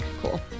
Cool